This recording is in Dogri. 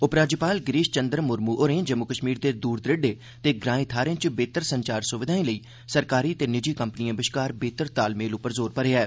उपराज्यपाल गिरीष चंद्र मुर्मु होरें जम्मू कष्मीर दे दूर दरेडे ते ग्राएं थाहरें च बेहतर संचार सुविधा लेई सरकारी ते निजी कंपनिएं बष्कार बेहतर तालमेल उप्पर जोर भरेआ ऐ